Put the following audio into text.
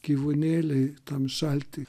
gyvūnėliai tam šalty